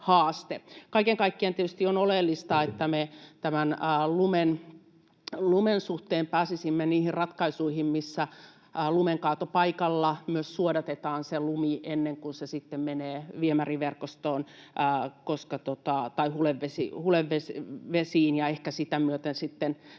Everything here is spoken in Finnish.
Kaiken kaikkiaan tietysti on oleellista, että me tämän lumen suhteen pääsisimme niihin ratkaisuihin, missä lumenkaatopaikalla myös suodatetaan se lumi ennen kuin se sitten menee viemäriverkostoon tai hulevesiin ja ehkä sitä myöten sitten